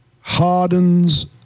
hardens